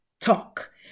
talk